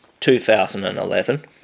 2011